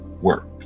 work